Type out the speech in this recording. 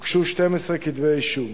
הוגשו 12 כתבי-אישום.